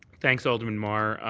thanks, alderman mar.